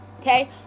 Okay